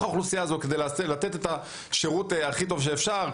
האוכלוסייה הזאת כדי לתת את השירות הכי טוב שאפשר,